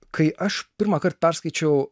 kai aš pirmąkart perskaičiau